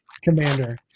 commander